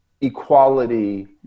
equality